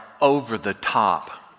over-the-top